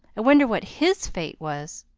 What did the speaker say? wonder what his fate was.